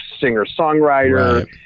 singer-songwriter